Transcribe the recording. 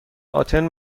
آتن